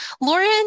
Lauren